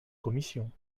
commission